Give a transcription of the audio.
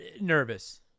nervous